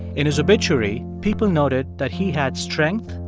in his obituary, people noted that he had strength,